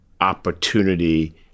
opportunity